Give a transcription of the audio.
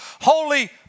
Holy